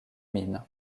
mines